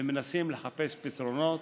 ומנסים לחפש פתרונות.